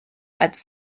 als